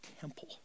temple